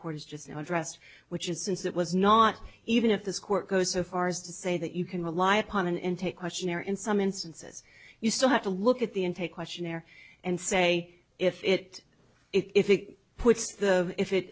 court is just now addressed which is since it was not even if this court goes so far as to say that you can rely upon an intake questionnaire in some instances you still have to look at the intake questionnaire and say if it if it puts the if it